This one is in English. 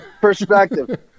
Perspective